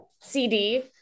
CD